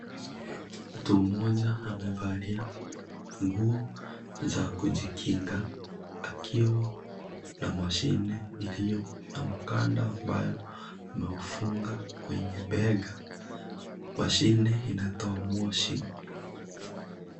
Mtu mmoja amevalia nguo za kujikinga akiwa na mashine iliyo na mkanda ambayo ameufunga kwenye bega. Mashine inatoa moshi.